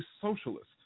socialist